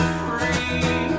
free